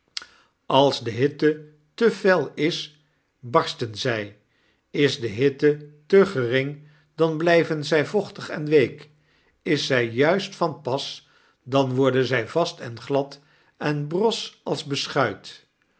als de hittete fel is barsten zy is de hitte te gering dan bly ven zg vochtig en week is zy juist van pas dan worden zy vast en glad en bros als beschuit